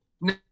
no